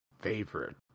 favorite